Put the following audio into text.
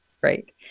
Great